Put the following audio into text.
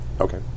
Okay